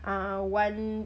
uh one